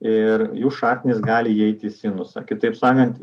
ir jų šaknys gali įeit į sinusą kitaip sakant